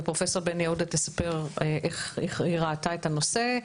ופרופ' בן יהודה תספר איך היא ראתה את הנושא.